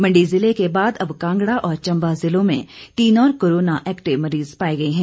मंडी जिले के बाद अब कांगड़ा और चम्बा जिलों में तीन और कोरोना एक्टिव मरीज पाए गए है